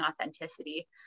authenticity